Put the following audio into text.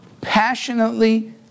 passionately